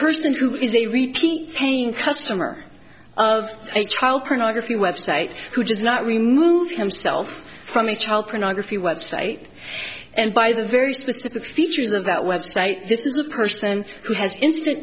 person who is a repeat chain customer of a child pornography website who does not remove himself from a child pornography website and by the very specific features of that website this is a person who has instant